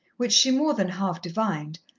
which she more than half divined,